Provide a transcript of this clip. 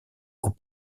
aux